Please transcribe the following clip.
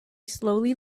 slowly